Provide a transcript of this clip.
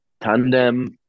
tandem